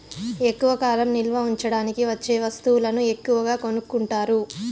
ఎక్కువ కాలం నిల్వ ఉంచడానికి వచ్చే వస్తువులను ఎక్కువగా కొనుక్కుంటారు